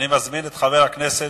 אני מזמין את חבר הכנסת